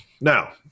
Now